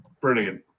brilliant